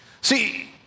See